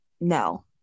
no